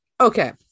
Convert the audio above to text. okay